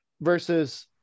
versus